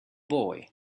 boy